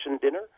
dinner